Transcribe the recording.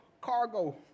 cargo